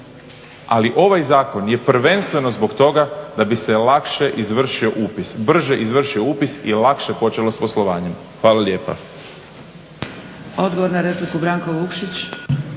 Ali ovaj zakon je prvenstveno zbog toga da bi se lakše izvršio upis, brže izvršio upis i lakše počelo sa poslovanjem. Hvala lijepa.